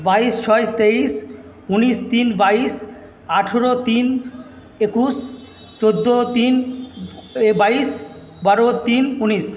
বাইশ ছয় তেইশ উনিশ তিন বাইশ আঠারো তিন একুশ চৌদ্দ তিন বাইশ বারো তিন উনিশ